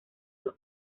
los